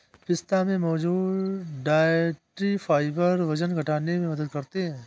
पिस्ता में मौजूद डायट्री फाइबर वजन घटाने में मदद करते है